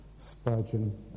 Spurgeon